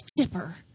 zipper